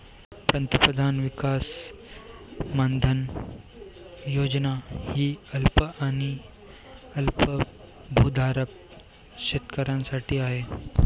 पंतप्रधान किसान मानधन योजना ही अल्प आणि अल्पभूधारक शेतकऱ्यांसाठी आहे